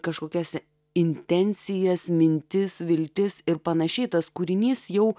kažkokias intencijas mintis viltis ir pan tas kūrinys jau